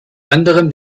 anderem